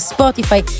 Spotify